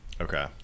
Okay